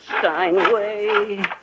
steinway